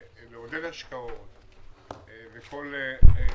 איך לעודד השקעות בכל הדברים האחרים שמאוד חשובים לנו.